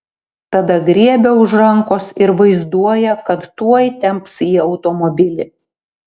tada griebia už rankos ir vaizduoja kad tuoj temps į automobilį